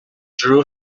drew